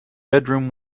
bedroom